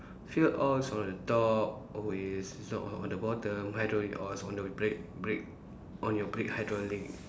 fuel oil is on the top always it's not on on the bottom hydraulic oil is on the brake brake on your brake hydraulic